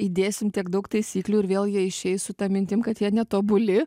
įdėsim tiek daug taisyklių ir vėl jie išeis su ta mintim kad jie netobuli